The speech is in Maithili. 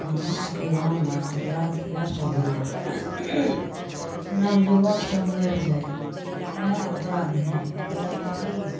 हमर सभके गाममे अपराध इएहसब होइ यऽ नवयुवकसभ मरि जाइ यऽ इएह अपराध होइ यऽ बेरोजगारी यऽ